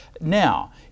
now